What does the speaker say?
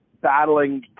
battling